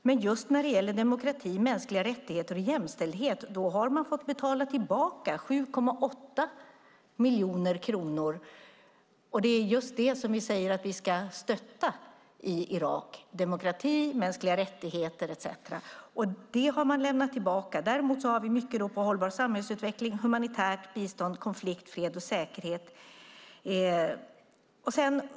Men just när det gäller demokrati, mänskliga rättigheter och jämställdhet har man fått betala tillbaka 7,8 miljoner kronor. Det är just demokrati, mänskliga rättigheter etcetera som vi säger att vi ska rösta i Irak, men de pengarna har man fått lämna tillbaka. Däremot är det mycket på hållbar samhällsutveckling, humanitärt bistånd, konflikt, fred och säkerhet.